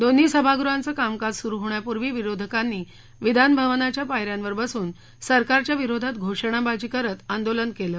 दोन्ही सभागृहांचं कामकाज सुरू होण्यापूर्वी विरोधकांनी विधानभवनाच्या पायऱ्यांवर बसून सरकारच्या विरोधात घोषणाबाजी करत आंदोलन केलं